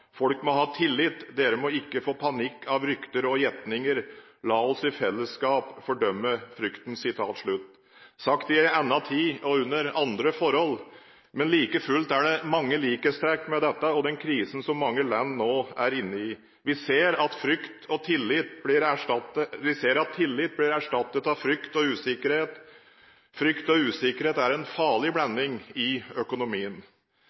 Folk må ha tillit. Dere må ikke få panikk av rykter og gjetninger. La oss i fellesskap fordømme frykten. Dette ble sagt i en annen tid og under andre forhold. Men like fullt er det mange likhetstrekk mellom dette og den krisen som mange land nå er inne i. Vi ser at tillit blir erstattet av frykt og usikkerhet. Frykt og usikkerhet er en farlig blanding i økonomien.